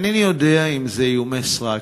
אינני יודע אם אלה איומי סרק.